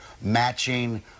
matching